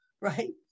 right